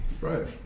Right